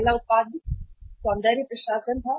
पहला उत्पाद सौंदर्य प्रसाधन था